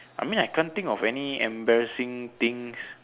I mean I can't think of any embarrassing things